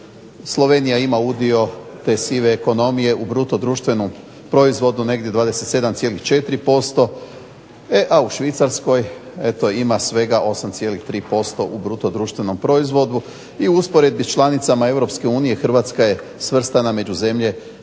Slovenija ima udio te sive ekonomije u bruto društvenom proizvodu negdje 27,4%, a u Švicarskoj ima svega 8,3% u bruto društvenom proizvodu. I u usporedbi s članicama Europske unije Hrvatska je svrstana među zemlje